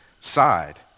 side